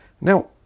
Now